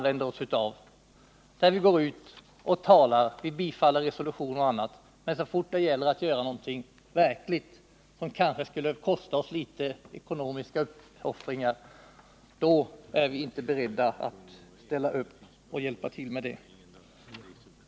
Vi går ut och håller tal, bifaller resolutioner och annat, men så fort det gäller att göra något verkligt, som kanske skulle medföra ekonomiska uppoffringar för oss, är vi inte beredda att ställa upp och hjälpa till.